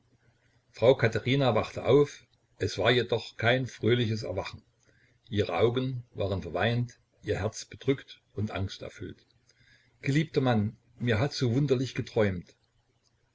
frau katherina wachte auf es war jedoch kein fröhliches erwachen ihre augen waren verweint ihr herz bedrückt und angsterfüllt geliebter mann mir hat so wunderlich geträumt